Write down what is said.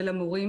של המורים,